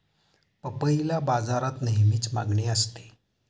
पपईला बाजारात नेहमीच मागणी असते